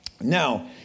Now